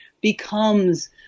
becomes